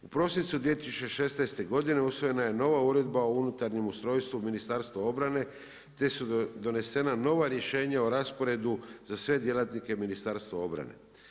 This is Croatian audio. U prosincu 2016. godine usvojena je nova Uredba o unutarnjem ustrojstvu Ministarstva obrane te su donesena nova rješenja o rasporedu za sve djelatnike Ministarstva obrane.